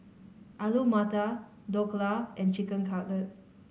Alu Matar Dhokla and Chicken Cutlet